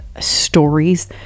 stories